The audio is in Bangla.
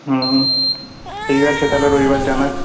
হুম ঠিক আছে তাহলে রবিবার জানাস